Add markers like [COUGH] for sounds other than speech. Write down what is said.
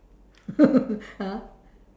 [LAUGHS] !huh!